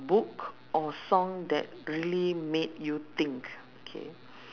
book or song that really made you think okay